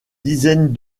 dizaines